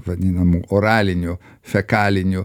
vadinamu oraliniu fekaliniu